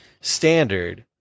standard